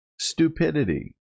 stupidity